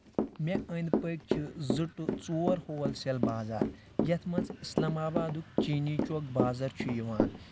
مےٚ أنٛدۍ پٔکۍ چھِ زٕ ٹُوٚ ژور ہول سیل بازار یتھ منٛز اَسلام آبادُک چیٖنی چوک بازر چھُ یِوان